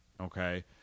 okay